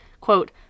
quote